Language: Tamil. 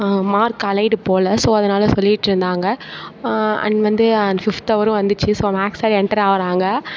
மார்க்கு அலைடு போல் ஸோ அதனால் சொல்லிகிட்ருந்தாங்க அண்ட் வந்து அண்ட் பிஃத்து அவரும் வந்துச்சு ஸோ மேக்ஸ் சாரும் என்ட்ரு ஆகிறாங்க